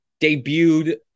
debuted